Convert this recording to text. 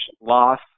loss